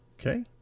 Okay